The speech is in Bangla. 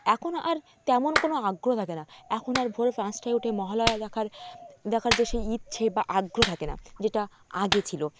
এখন আর তেমন কোনো আগ্রহ থাকে না এখন আর ভোর পাঁচটায় উঠে মহালয়া দেখার দেখার যে সেই ইচ্ছে বা আগ্রহই থাকে না যেটা আগে ছিলো